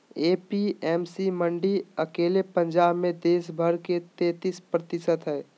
APMC मंडी अकेले पंजाब मे देश भर के तेतीस प्रतिशत हई